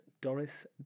doris